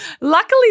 Luckily